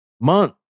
Month